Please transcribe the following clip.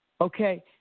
Okay